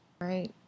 right